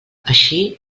així